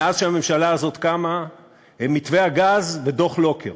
מאז קמה הממשלה הזאת, הם מתווה הגז ודוח לוקר.